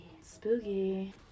spooky